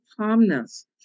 calmness